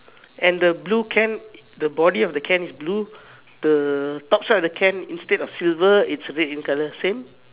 and the blue can the body of the can is blue the top side of the can instead of silver it's a bit ink color same